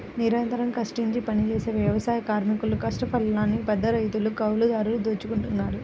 నిరంతరం కష్టించి పనిజేసే వ్యవసాయ కార్మికుల కష్టఫలాన్ని పెద్దరైతులు, కౌలుదారులు దోచుకుంటన్నారు